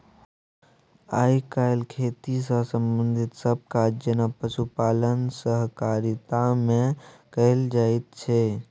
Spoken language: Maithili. आइ काल्हि खेती सँ संबंधित सब काज जेना पशुपालन सहकारिता मे कएल जाइत छै